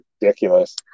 ridiculous